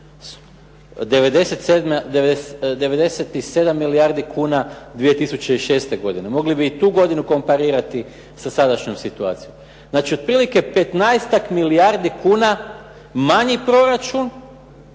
97 milijardi kuna 2006. godine, mogli bi i tu godinu komparirati sa sadašnjom situacijom. Znači otprilike 15-ak milijardi kuna manji proračun,